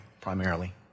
primarily